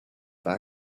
their